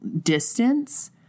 distance